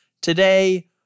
today